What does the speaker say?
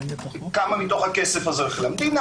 כמה מזה הולך למדינה,